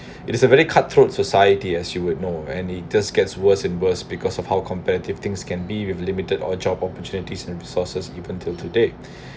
it is a very cut throat society as you would know and it just gets worse and worse because of how competitive things can be with limited of job opportunities and resources even till today